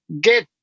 get